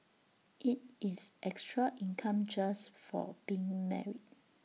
IT is extra income just for being married